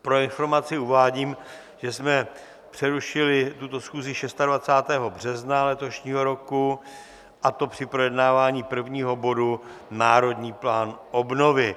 Pro informaci uvádím, že jsme přerušili tuto schůzi 26. března letošního roku, a to při projednávání prvního bodu Národní plán obnovy.